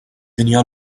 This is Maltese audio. dinja